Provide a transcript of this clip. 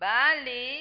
Bali